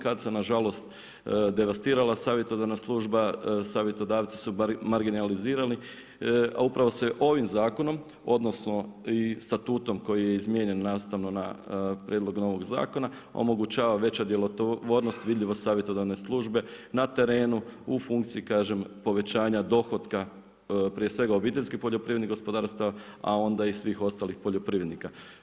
Kada se nažalost devastirala savjetodavna služba, savjetodavci su marginizirali, a upravo se ovim zakonom, odnosno i statuom koji je izmijenjen nastavno na prijedlog novog zakona, omogućava veća djelotvornost, vidljivost savjetodavne službe na terenu, u funkciji kažem povećanja dohotka prije svega obiteljskih poljoprivrednih gospodarstava a onda i svih ostalih poljoprivrednika.